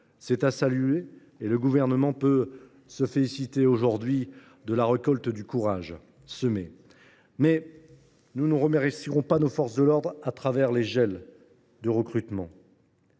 C’est à saluer. Le Gouvernement peut se féliciter aujourd’hui de la récolte du courage semé hier. Mais nous ne remercierons pas nos forces de l’ordre en gelant les recrutements